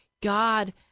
God